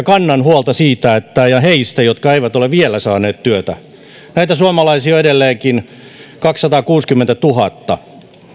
kannan huolta heistä jotka eivät ole vielä saaneet työtä näitä suomalaisia on edelleenkin kaksisataakuusikymmentätuhatta